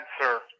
sir